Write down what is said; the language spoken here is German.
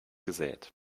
gesät